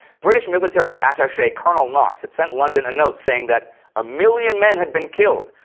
british military attache colonel knox had sent london a note saying that a million men had been killed,